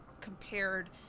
compared